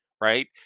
right